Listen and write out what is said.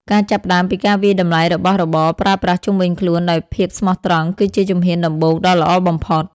ការចាប់ផ្តើមពីការវាយតម្លៃរបស់របរប្រើប្រាស់ជុំវិញខ្លួនដោយភាពស្មោះត្រង់ គឺជាជំហានដំបូងដ៏ល្អបំផុត។